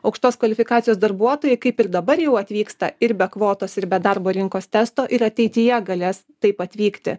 aukštos kvalifikacijos darbuotojai kaip ir dabar jau atvyksta ir be kvotos ir be darbo rinkos testo ir ateityje galės taip atvykti